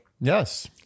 Yes